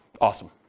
Awesome